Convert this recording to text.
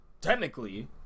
technically